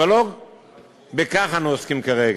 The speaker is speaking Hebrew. אבל לא בכך אנו עוסקים כרגע,